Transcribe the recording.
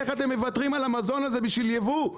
איך אתם מוותרים על המזון הזה בשביל יבוא?